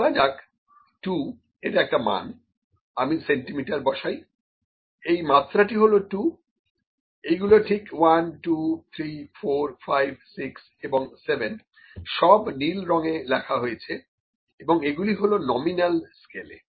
ধরা যাক 2 এটা একটা মান আমি সেন্টিমিটার বসাই এই মাত্রাটা হলো 2 এইগুলো ঠিক 123456 এবং 7 সব নীল রঙে লেখা হয়েছে এবং এগুলো হলো নমিনাল স্কেলে এ